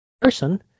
person